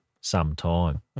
sometime